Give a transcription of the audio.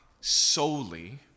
solely